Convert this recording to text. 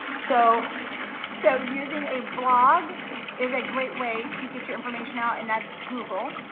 so so using a blog is a great way to get your information out and that's google.